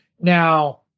Now